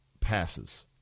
passes